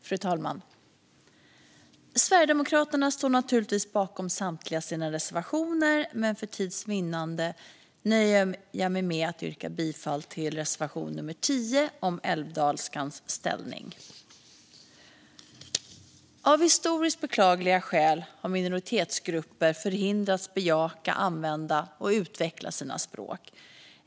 Fru talman! Sverigedemokraterna står naturligtvis bakom samtliga av våra reservationer, men för tids vinnande nöjer jag mig med att yrka bifall till reservation 10 om älvdalskans ställning. Av historiskt beklagliga skäl har minoritetsgrupper förhindrats att bejaka, använda och utveckla sina språk.